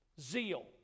zeal